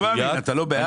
אני לא מאמין, אתה לא בעד?